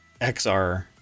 XR